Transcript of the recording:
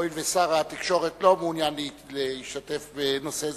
הואיל ושר התקשורת לא מעוניין להשתתף בנושא זה,